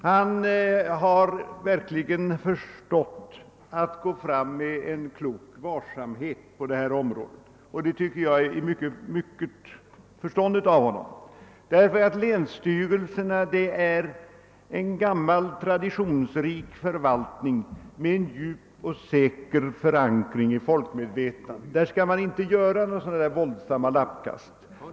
Han har verkligen förstått att gå fram med klok varsamhet på detta område och det tycker jag är mycket förståndigt, ty länsstyrelserna är en gammal traditionsrik förvaltning med en djup och säker förankring i folkmedvetandet. Här skall man inte göra några våldsamma lappkast.